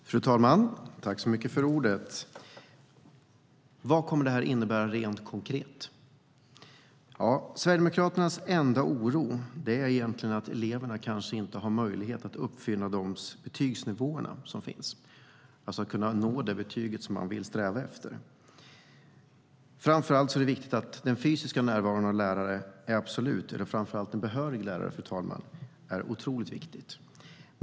Fru talman! Vad kommer det här att innebära rent konkret? Sverigedemokraternas enda oro är att eleverna kanske inte kommer att ha möjlighet att uppfylla de betygskriterier som finns, det vill säga att de inte kommer att kunna nå det betyg de vill sträva efter. Framför allt är det viktigt att den fysiska närvaron av lärare är absolut. Speciellt en behörig lärare är otroligt viktig, fru talman.